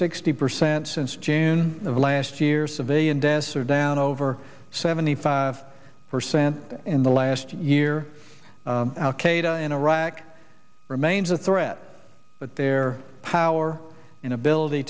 sixty percent since june of last year civilian deaths are down over seventy five percent in the last year al qaeda in iraq remains a threat but their power and ability